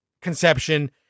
conception